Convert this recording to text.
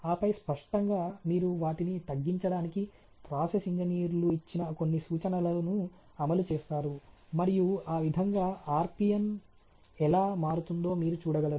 ఆపై స్పష్టంగా మీరు వాటిని తగ్గించడానికి ప్రాసెస్ ఇంజనీర్లు ఇచ్చిన కొన్ని సూచనలను అమలు చేస్తారు మరియు ఆ విధంగా RPN ఎలా మారుతుందో మీరు చూడగలరు